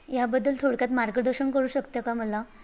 याबद्दल थोडक्यात मार्गदर्शन करू शकता का मला